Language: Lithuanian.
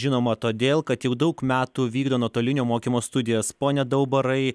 žinoma todėl kad jau daug metų vykdo nuotolinio mokymo studijas pone daubarai